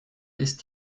ist